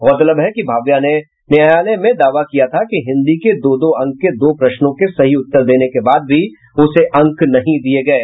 गौरतलब है कि भाव्या ने न्यायालय में दावा किया था कि हिन्दी के दो दो अंक के दो प्रश्नों के सही उत्तर देने के बाद भी उसे अंक नहीं दिये गये